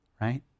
right